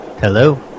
Hello